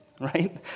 right